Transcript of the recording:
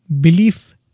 belief